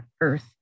earth